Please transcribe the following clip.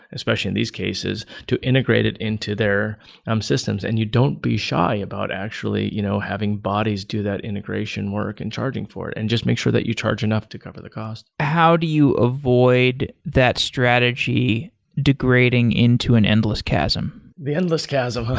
especially in these cases, to integrate it into their um systems and you don't be shy about actually you know having bodies do that integration work and charging for it and just make sure that you charge enough to cover the cost. how do you avoid that strategy degrading into an endless chasm? the endless chasm